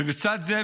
ובצד זה,